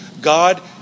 God